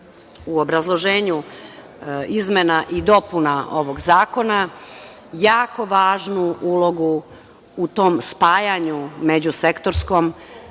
u obrazloženju izmena i dopuna ovog zakona, jako važnu ulogu u tom spajanju međusektorskom